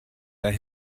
they